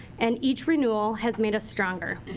and each renewal has made us stronger.